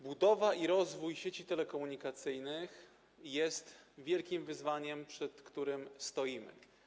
Budowa i rozwój sieci telekomunikacyjnych jest wielkim wyzwaniem, przed którym stoimy.